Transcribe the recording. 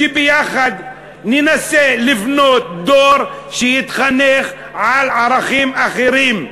שביחד ננסה לבנות דור שיתחנך על ערכים אחרים.